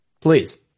Please